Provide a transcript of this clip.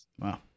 Wow